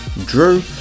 drew